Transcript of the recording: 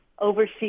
oversee